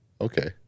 Okay